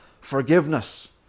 forgiveness